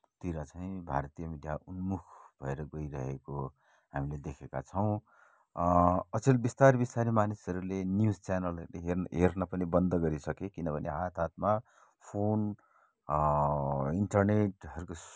तिर चाहिँ भारतीय मिडियाहरू उन्मुख भएर गइरहेको हामीले देखेका छौँ अचेल बिस्तारी बिस्तारी मानिसहरूले न्युज च्यानलहरू हेर्न पनि बन्द गरिसके किनभने हात हातमा फोन इन्टरनेटहरूको